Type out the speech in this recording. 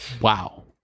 Wow